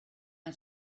how